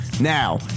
Now